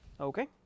Okay